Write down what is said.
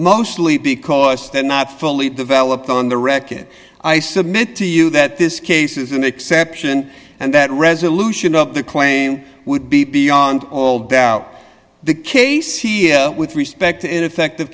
mostly because they're not fully developed on the wreckage i submit to you that this case is an exception and that resolution of the claim would be beyond all doubt the case with respect to ineffective